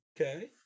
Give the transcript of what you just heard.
Okay